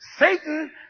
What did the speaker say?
Satan